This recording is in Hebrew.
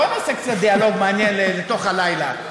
בוא נעשה קצת דיאלוג מעניין לתוך הלילה.